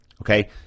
Okay